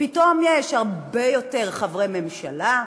פתאום יש הרבה יותר חברי ממשלה,